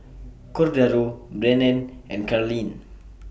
Cordaro Brennan and Carleen